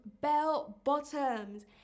bell-bottoms